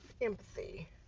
empathy